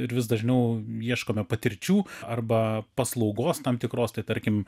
ir vis dažniau ieškome patirčių arba paslaugos tam tikros tai tarkim